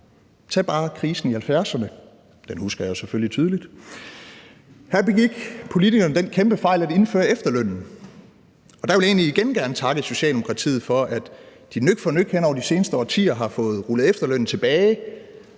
Tag bare krisen i 1970’erne – den husker jeg selvfølgelig tydeligt. Her begik politikerne den kæmpe fejl at indføre efterlønnen. Og der vil jeg egentlig igen gerne takke Socialdemokratiet for, at de nøk for nøk hen over de seneste årtier har fået rullet efterlønnen tilbage,